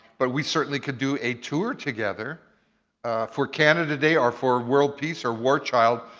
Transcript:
but we certainly could do a tour together for canada day, or for world peace, or war child,